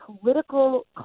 political